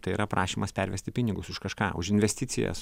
tai yra prašymas pervesti pinigus už kažką už investicijas